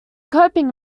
coping